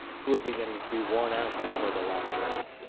who were beginning to be worn out by the long journey.